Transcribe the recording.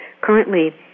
currently –